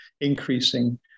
increasing